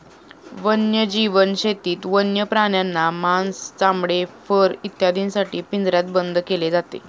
वन्यजीव शेतीत वन्य प्राण्यांना मांस, चामडे, फर इत्यादींसाठी पिंजऱ्यात बंद केले जाते